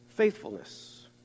Faithfulness